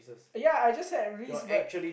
ya I just had a reese but